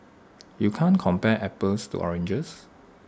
you can't compare apples to oranges